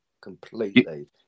completely